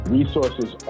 Resources